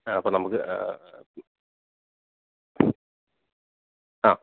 ആ അപ്പം നമുക്ക് ആ